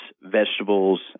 vegetables